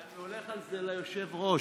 תודה רבה, אדוני היושב-ראש.